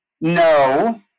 no